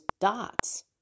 dots